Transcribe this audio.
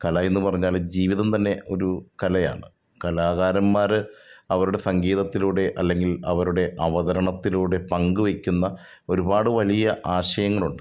കലായെന്ന് പറഞ്ഞാല് ജീവിതം തന്നെ ഒരു കലയാണ് കലാകാരന്മാര് അവരുടെ സംഗീതത്തിലൂടെ അല്ലെങ്കിൽ അവരുടെ അവതരണത്തിലൂടെ പങ്കുവെയ്ക്കുന്ന ഒരുപാട് വലിയ ആശയങ്ങളുണ്ട്